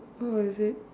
oh is it